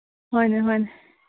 ꯍꯣꯏꯅꯦ ꯍꯣꯏꯅꯦ